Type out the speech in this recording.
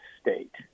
state